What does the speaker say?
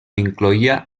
incloïa